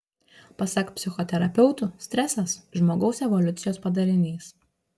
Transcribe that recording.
pasak psichoterapeutų stresas žmogaus evoliucijos padarinys